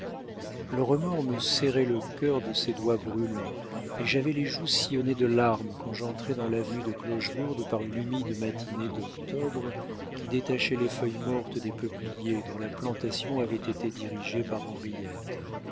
le remords me serrait le cœur de ses doigts brûlants et j'avais les joues sillonnées de larmes quand j'entrai dans l'avenue de clochegourde par une humide matinée d'octobre qui détachait les feuilles mortes des peupliers dont la plantation avait été dirigée par